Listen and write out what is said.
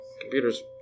computers